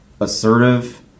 assertive